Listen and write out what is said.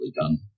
done